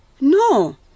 No